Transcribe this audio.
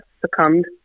succumbed